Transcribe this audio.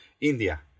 India